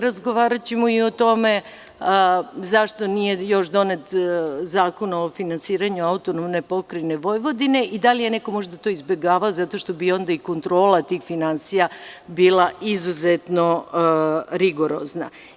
Razgovaraćemo i o tome - zašto nije još donet zakon o finansiranju AP Vojvodine i da li je neko možda to izbegavao, zato što bi onda i kontrola tih finansija bila izuzetno rigorozna?